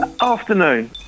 Afternoon